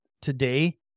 today